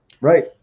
Right